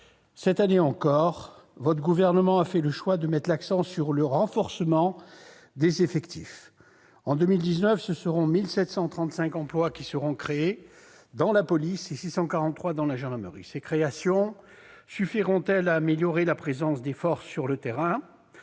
Cette année encore, le Gouvernement a fait le choix de mettre l'accent sur le renforcement des effectifs. En 2019, ce seront 1 735 emplois qui seront créés dans la police et 643 dans la gendarmerie. Ces créations suffiront-elles à améliorer la présence des forces sur le terrain,